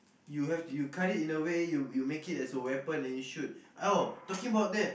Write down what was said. you have to you cut it in a way you you make it as a weapon and you shoot oh talking about that